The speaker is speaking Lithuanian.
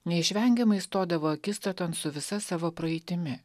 neišvengiamai stodavo akistaton su visa savo praeitimi